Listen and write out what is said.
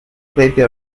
pepe